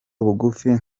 bugufi